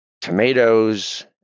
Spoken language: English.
tomatoes